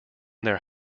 their